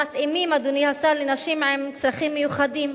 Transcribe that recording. המתאימים, אדוני השר, לנשים עם צרכים מיוחדים,